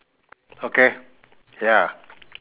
okay ya